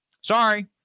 Sorry